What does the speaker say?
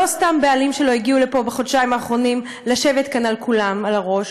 לא סתם הבעלים שלו הגיעו לפה בחודשיים האחרונים לשבת לכולם על הראש.